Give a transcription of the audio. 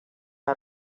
out